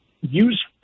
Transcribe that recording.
use